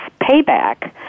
payback